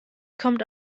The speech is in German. kommt